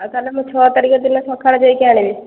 ଆଉ ତାହେଲେ ମୁଁ ଛଅ ତାରିଖ ଦିନ ସକାଳେ ଯାଇକି ଆଣିବି